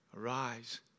arise